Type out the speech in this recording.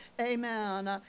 Amen